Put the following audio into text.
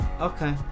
Okay